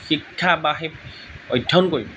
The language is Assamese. শিক্ষা বা সেই অধ্যয়ন কৰিম